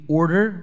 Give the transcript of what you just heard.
order